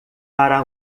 para